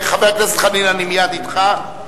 חבר הכנסת חנין, אני מייד אתך.